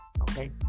Okay